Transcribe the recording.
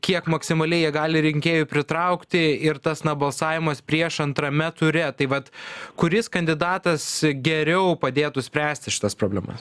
kiek maksimaliai jie gali rinkėjų pritraukti ir tas na balsavimas prieš antrame ture taip vat kuris kandidatas geriau padėtų spręsti šitas problemas